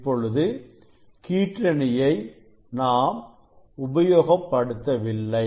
இப்பொழுது கீற்றணியை நாம் உபயோகப் படுத்தவில்லை